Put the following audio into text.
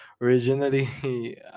originally